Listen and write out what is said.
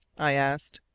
i asked.